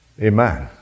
Amen